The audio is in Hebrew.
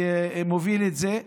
מוביל את זה,